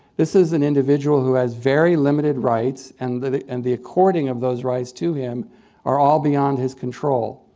this is an individual who has very limited rights and the and the according of those rights to him are all beyond beyond his control.